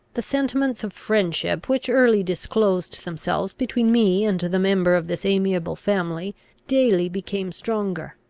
the sentiments of friendship which early disclosed themselves between me and the member of this amiable family daily became stronger.